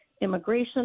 immigration